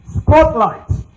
spotlight